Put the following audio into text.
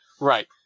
Right